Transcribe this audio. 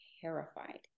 terrified